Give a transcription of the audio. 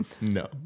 no